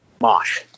mosh